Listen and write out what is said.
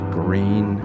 green